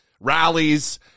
rallies